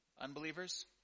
Unbelievers